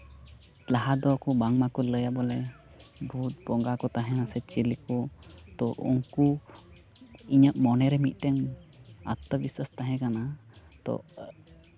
ᱞᱟᱦᱟ ᱫᱚ ᱵᱟᱝᱢᱟ ᱠᱚ ᱞᱟᱹᱭᱟ ᱵᱚᱞᱮ ᱵᱷᱩᱛ ᱵᱚᱸᱜᱟ ᱠᱚ ᱛᱟᱦᱮᱱᱟᱥᱮ ᱪᱤᱞᱤ ᱠᱚ ᱛᱚ ᱩᱱᱠᱩ ᱤᱧᱟᱹᱜ ᱢᱚᱱᱮ ᱨᱮ ᱢᱤᱫᱴᱮᱱ ᱟᱛᱛᱚᱵᱤᱥᱥᱟᱹᱥ ᱛᱟᱦᱮᱸᱠᱟᱱᱟ ᱛᱚ